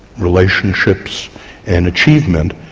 relationships and achievement,